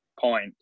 point